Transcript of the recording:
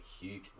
huge